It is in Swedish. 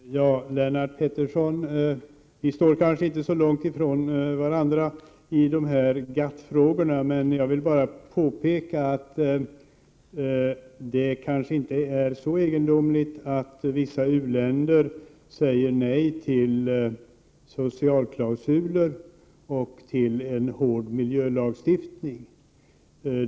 Herr talman! Lennart Pettersson och jag kanske inte står så långt ifrån varandra i GATT-frågorna. Men jag vill påpeka att det kanske inte är så egendomligt att vissa u-länder säger nej till socialklausuler och till en hård miljölagstiftning.